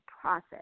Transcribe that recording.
process